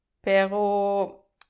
pero